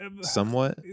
Somewhat